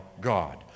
God